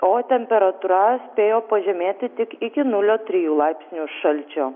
o temperatūra spėjo pažemėti tik iki nulio trijų laipsnių šalčio